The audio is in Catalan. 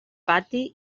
pati